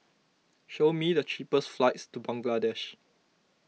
show me the cheapest flights to Bangladesh